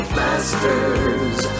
masters